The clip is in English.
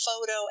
Photo